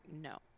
no